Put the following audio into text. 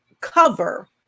cover